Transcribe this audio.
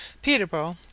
Peterborough